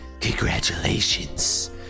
congratulations